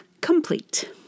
complete